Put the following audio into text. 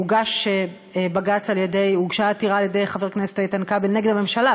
הוגשה עתירה על-ידי חבר הכנסת איתן כבל נגד הממשלה,